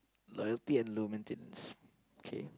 loyalty and low maintenance okay